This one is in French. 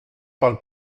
parle